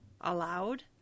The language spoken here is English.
allowed